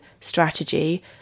strategy